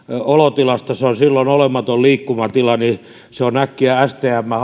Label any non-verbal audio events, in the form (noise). olotilasta se on silloin olematon liikkumatila ja se on äkkiä stmn (unintelligible)